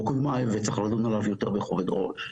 קודמי וצריך לדון עליו יותר בכובד ראש.